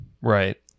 right